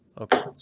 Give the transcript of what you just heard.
Okay